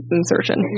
insertion